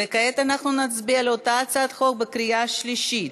וכעת אנחנו נצביע על אותה הצעת חוק בקריאה השלישית.